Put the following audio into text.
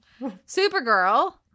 supergirl